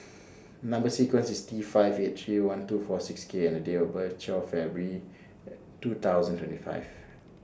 Number sequence IS T five eight three one two four six K and Date of birth IS twelve February two thousand and twenty five